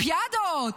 באולימפיאדות,